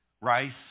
Rice